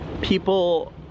people